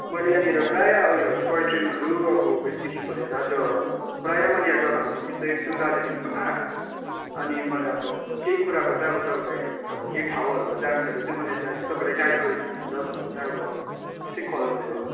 मैले यहाँनिर प्रायः उयो टोय ट्रेनहरू अब उयोदेखिको लिएर त्यो अब प्रायः मैले यहाँ जगाहरू घुमिसकेको छु दार्जिलिङमा अनि मलाई अब केही कुराको त तपाईँलाई अब केही ठाउँहरूको जानकारी चाहिँ मलाई चाहिएको छ तपाईँलाई गाइड गरी दिनु हुन्छ भन्ने चाहिँ अब त्यसै कल गरेको